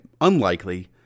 unlikely